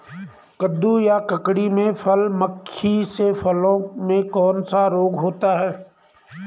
कद्दू या ककड़ी में फल मक्खी से फलों में कौन सा रोग होता है?